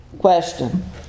Question